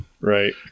Right